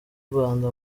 rwanda